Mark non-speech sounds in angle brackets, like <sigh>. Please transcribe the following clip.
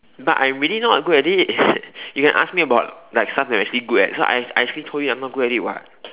but I'm really not good at it <breath> you can ask me about like stuff I'm actually good at so I I actually told you I'm not good at it [what]